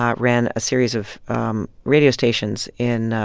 um ran a series of radio stations in.